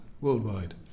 worldwide